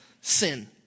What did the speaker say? sin